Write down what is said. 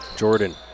Jordan